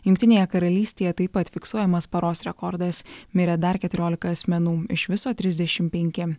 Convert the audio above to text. jungtinėje karalystėje taip pat fiksuojamas paros rekordas mirė dar keturiolika asmenų iš viso trisdešim penki